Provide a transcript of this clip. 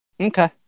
Okay